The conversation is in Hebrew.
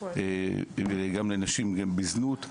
גם לנשים בזנות.